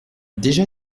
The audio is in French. déjà